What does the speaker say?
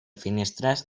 finestres